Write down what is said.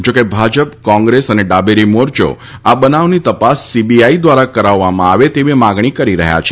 જોકે ભાજપ કોંગ્રેસ તથા ડાબેરી મોરચો આ બનાવની તપાસ સીબીઆઈ દ્વારા કરવામાં આવે તેવી માંગણી કરી રહ્યા છે